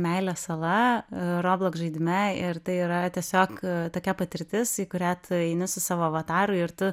meilės sala robloks žaidime ir tai yra tiesiog tokia patirtis į kurią tu eini su savo avataru ir tu